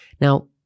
Now